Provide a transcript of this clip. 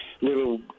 little